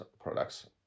products